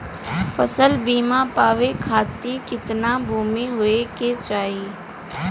फ़सल बीमा पावे खाती कितना भूमि होवे के चाही?